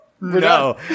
No